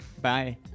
Bye